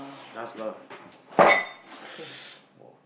task lah